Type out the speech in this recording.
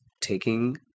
taking